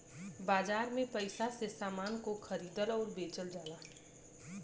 बाजार में पइसा से समान को खरीदल आउर बेचल जाला